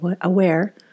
aware